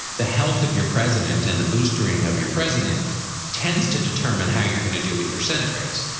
the health of your president and the boosting of your president tends to determine how you're gonna do in your senate race.